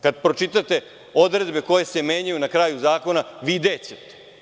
Kad pročitate odredbe koje se menjaju na kraju zakona, videćete.